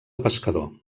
pescador